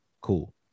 Cool